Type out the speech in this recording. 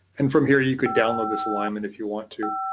and from here you could download this alignment if you want to,